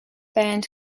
band